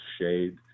shade